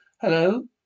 hello